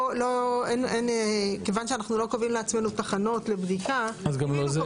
כיוון שאנחנו לא קובעים לעצמנו תחנות לבדיקה אז גם לא זה?